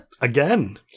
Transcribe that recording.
Again